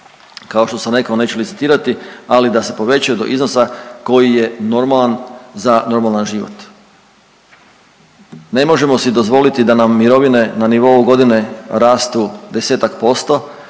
Kao što sam rekao, neću licitirati, ali da se povećaju do iznosa koji je normalan za normalan život. Ne možemo si dozvoliti da nam mirovine na nivou godine rastu 10-ak posto,